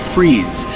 Freeze